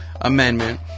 amendment